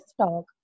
talk